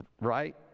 Right